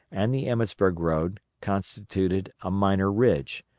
and the emmetsburg road constituted a minor ridge,